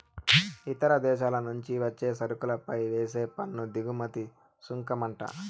ఇతర దేశాల నుంచి వచ్చే సరుకులపై వేసే పన్ను దిగుమతి సుంకమంట